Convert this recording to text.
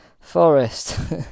forest